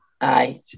Aye